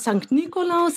sankt nikolaus